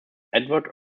edward